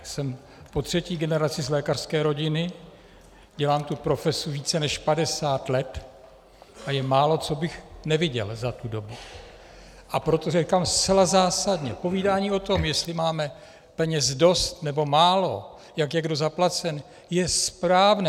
Jsem po třetí generaci z lékařské rodiny, dělám tu profesi více než 50 let a je málo, co bych neviděl za tu dobu, a proto říkám zcela zásadně: Povídání o tom, jestli máme peněz dost, nebo málo, jak je kdo zaplacen, je správné.